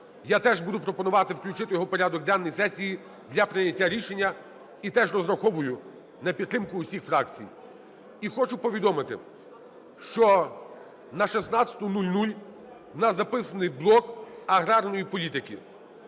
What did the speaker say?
Я теж буду пропонувати включити його в порядок денний сесії для прийняття рішення і теж розраховую на підтримку усіх фракцій. І хочу повідомити, що на 16:00 в нас записаний блок аграрної політики.